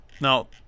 Now